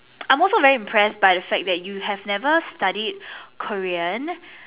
I'm also very impressed by the fact that you have never studied Korean